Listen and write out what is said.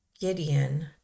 gideon